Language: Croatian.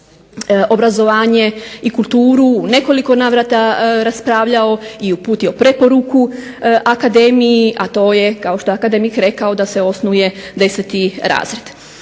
znanost, obrazovanje i kulturu nekoliko navrata raspravljao i uputio preporuku akademiji, a to je kao što je akademik rekao da se osnuje 10. razred.